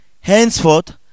Henceforth